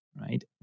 right